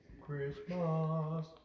Christmas